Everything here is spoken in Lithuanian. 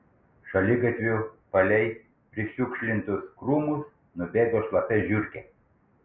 šaligatviu palei prišiukšlintus krūmus nubėgo šlapia žiurkė